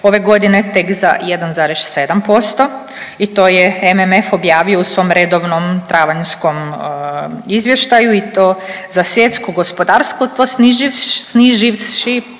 ove godine tek za 1,7% i to je MMF objavio u svom redovnom travanjskom izvještaju i to za svjetsko gospodarstvo snizivši